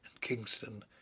Kingston